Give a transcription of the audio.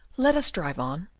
let us drive on.